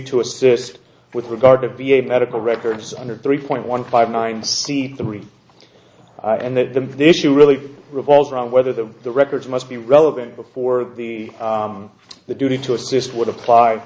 to assist with regard to be a medical records under three point one five nine three and the issue really revolves around whether the the records must be relevant before the the duty to assist would apply